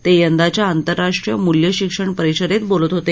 ते यंदाच्या आंतरराष्ट्रीय मूल्य शिक्षण परिषदेत बोलत होते